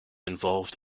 involved